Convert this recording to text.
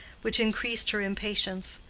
which increased her impatience.